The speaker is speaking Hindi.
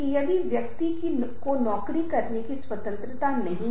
इस स्तर पर आवाज महत्वपूर्ण है